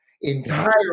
Entire